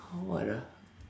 !huh! what ah